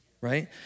right